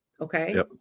okay